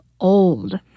old